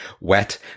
wet